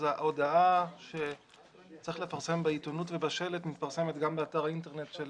אז ההודעה שצריך לפרסם בעיתונות ובשלט מתפרסמת גם באתר האינטרנט של